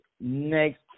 next